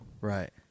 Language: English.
Right